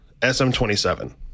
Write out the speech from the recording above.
SM27